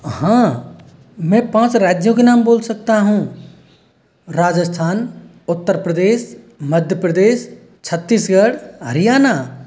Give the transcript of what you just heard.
हाँ मैं पाँच राज्यों के नाम बोल सकता हूँ राजस्थान उत्तर प्रदेश मध्य प्रदेश छत्तीसगढ़ हरियाणा